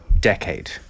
decade